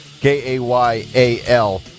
K-A-Y-A-L